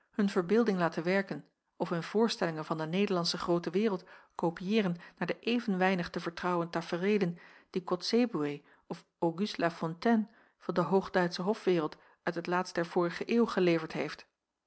hun verbeelding laten werken of hun voorstellingen van de nederlandsche groote wereld kopieeren naar de even weinig te vertrouwen tafereelen die kotzebue of august lafontaine van de hoogduitsche hofwereld uit het laatst der vorige eeuw geleverd heeft